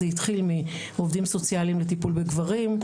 זה התחיל מעובדים סוציאליים לטיפול בגברים,